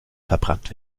verbrannt